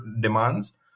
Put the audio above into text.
demands